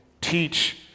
teach